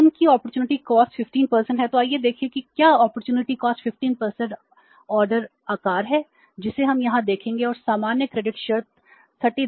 opportunity cost of capital शर्तें 30 दिन हैं